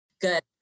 Good